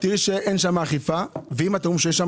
תראי שאין שם אכיפה, ואם אתם אומרים שכן,